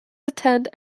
attend